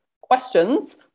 questions